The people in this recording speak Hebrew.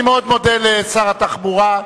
אני מודה מאוד לשר התחבורה.